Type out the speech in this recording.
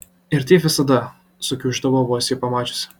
ir taip visada sukiuždavo vos jį pamačiusi